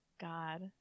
god